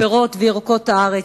פירות וירקות הארץ,